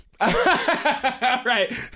Right